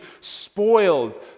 spoiled